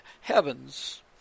heavens